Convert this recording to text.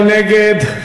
מי נגד?